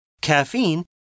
Caffeine